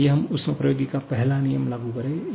तो आइए हम ऊष्मप्रवैगिकी का पहला नियम लागू करें